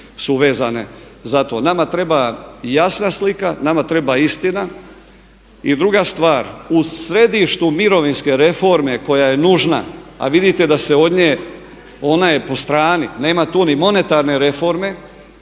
Nama treba jasna slika, nama treba istina. I druga stvar u središtu mirovinske reforme koja je nužna, a vidite da se od nje, ona je po strani. Nema tu ni monetarne reforme.